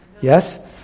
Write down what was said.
yes